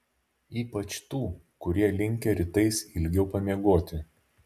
ypač tų kurie linkę rytais ilgiau pamiegoti